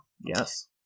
yes